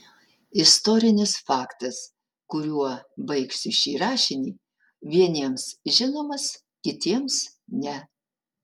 istorinis faktas kuriuo baigsiu šį rašinį vieniems žinomas kitiems ne